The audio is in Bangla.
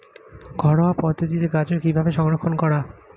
ঘরোয়া পদ্ধতিতে গাজর কিভাবে সংরক্ষণ করা?